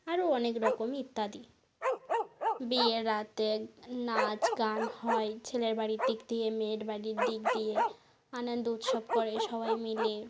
আরও অনেকরকম ইত্যাদি বিয়ের রাতে নাচ গান হয় ছেলের বাড়ির দিক দিয়ে মেয়ের বাড়ির দিক দিয়ে আনন্দ উৎসব করে সবাই মিলে